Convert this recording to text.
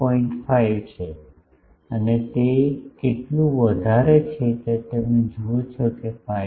5 છે અને તે તે કેટલું વધારે છે તે તમે જુઓ છો તે 5